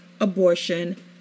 abortion